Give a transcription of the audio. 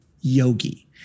yogi